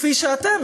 כפי שאתם,